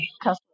customer